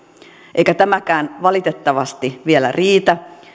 eikä tämäkään valitettavasti vielä riitä